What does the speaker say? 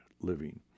living